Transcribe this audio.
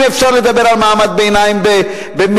אם אפשר לדבר על מעמד ביניים במצרים,